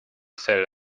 sell